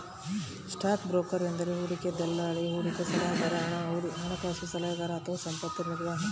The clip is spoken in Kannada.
ಸ್ಟಾಕ್ ಬ್ರೋಕರ್ ಎಂದರೆ ಹೂಡಿಕೆ ದಲ್ಲಾಳಿ, ಹೂಡಿಕೆ ಸಲಹೆಗಾರ, ಹಣಕಾಸು ಸಲಹೆಗಾರ ಅಥವಾ ಸಂಪತ್ತು ನಿರ್ವಾಹಕ